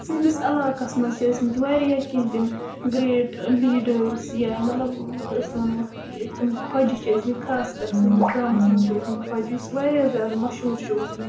سٲنِس علاقَس منٛز چھِ ٲسۍ مٕتۍ واریاہ کیٚنٛہہ تِم گرٛیٹ لیٖڈٲرٕس یا مطلب أسۍ وَنہوکھ تِم خۄجہِ چھِ ٲسۍ مٕتۍ خاص کَر سٲنِس گامَس منٛز چھُ اوسمُت خۄجہِ یُس واریاہ زیادٕ مشہوٗر چھُ اوسمُت